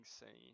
insane